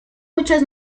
muchas